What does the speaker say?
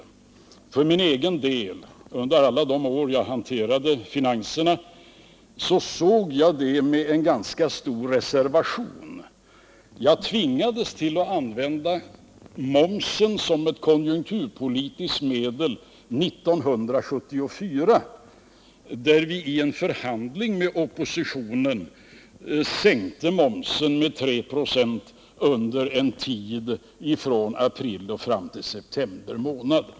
Under alla de år som jag hanterade finanserna betraktade jag för min egen del momsen som konjunkturpolitiskt medel med en ganska stor reservation. Jag tvingades att använda momsen såsom ett konjunkturpolitiskt medel 1974, då vi i en förhandling med oppositionen sänkte momsen med 3 26 under en tid från april fram till september.